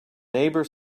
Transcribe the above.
neighbour